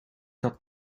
had